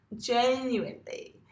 genuinely